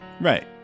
Right